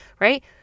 right